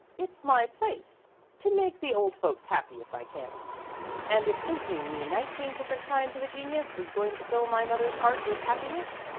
it's my place to make the old folks happy if i can and if thinking me nineteen different kinds of a genius is going to fill my mother's heart with happiness,